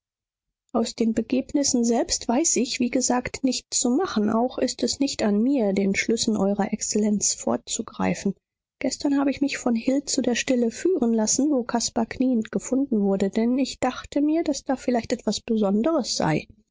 aus den begebnissen selbst weiß ich wie gesagt nichts zu machen auch ist es nicht an mir den schlüssen eurer exzellenz vorzugreifen gestern habe ich mich von hill zu der stelle führen lassen wo caspar kniend gefunden wurde denn ich dachte mir daß da vielleicht etwas besonderes sei